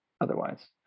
otherwise